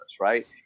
right